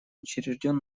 учрежден